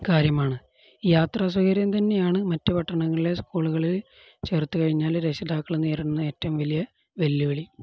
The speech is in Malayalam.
കാര്യമാണ് യാത്രാ സൗകര്യം തന്നെയാണു മറ്റ പട്ടണങ്ങളിലെ സ്കൂളുകളിൽ ചേർത്തുകഴിഞ്ഞാല് രക്ഷിതാക്കള് നേരിടുന്ന ഏറ്റവും വലിയ വെല്ലുവിളി